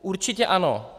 Určitě ano.